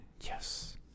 yes